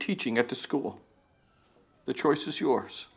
teaching at the school the choice is yours